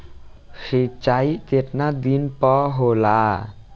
सिंचाई केतना दिन पर होला?